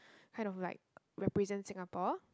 kind of like represent Singapore